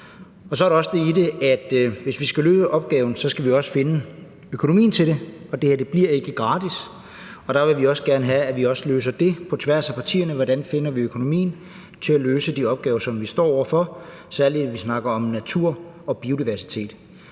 Så er der også det i det, at hvis vi skal løse opgaven, skal vi også finde økonomien til det, og det her bliver ikke gratis. Vi vil gerne have, at vi også løser det på tværs af partierne: Hvordan finder vi økonomien til at løse de opgaver, som vi står over for, særlig når vi snakker om natur og biodiversitet?